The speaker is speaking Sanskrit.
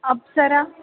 अप्सरा